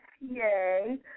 yay